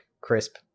crisp